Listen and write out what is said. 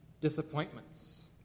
disappointments